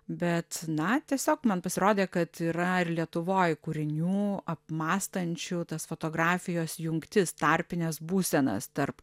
bet na tiesiog man pasirodė kad yra ir lietuvoj kūrinių apmąstančių tas fotografijos jungtis tarpines būsenas tarp